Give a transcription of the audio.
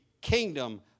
kingdom